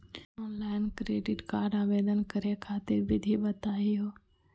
Online credit card आवेदन करे खातिर विधि बताही हो?